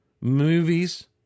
movies